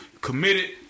committed